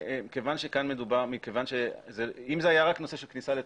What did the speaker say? אם זה היה רק נושא של כניסה לתוקף,